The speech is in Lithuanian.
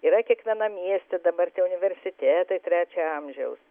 yra kiekvienam mieste dabar tie universitetai trečio amžiaus